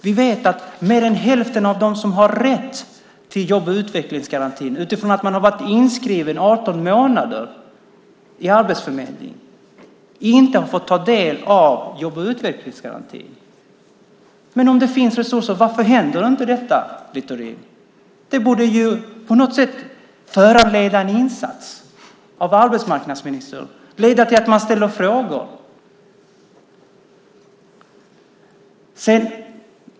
Vi vet att mer än hälften av dem som har rätt till jobb och utvecklingsgarantin utifrån att de har varit inskrivna 18 månader hos Arbetsförmedlingen inte har fått ta del av jobb och utvecklingsgarantin. Om det finns resurser, varför händer inte detta, Littorin? Det borde på något sätt föranleda en insats av arbetsmarknadsministern och leda till att man ställer frågor.